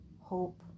hope